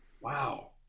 wow